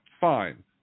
Fine